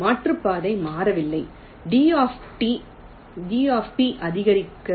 மாற்றுப்பாதை மாறவில்லை d அதிகரிக்கவில்லை